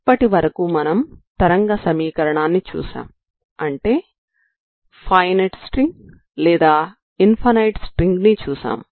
ఇప్పటివరకు మనం తరంగ సమీకరణాన్ని చూశాం అంటే ఫైనైట్ స్ట్రింగ్ లేదా ఇన్ ఫైనైట్ స్ట్రింగ్ ని చూశాము